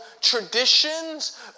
traditions